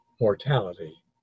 mortality